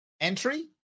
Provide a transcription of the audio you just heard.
entry